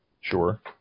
Sure